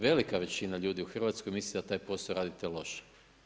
Velika većina ljudi u Hrvatskoj misli da taj posao radite loše.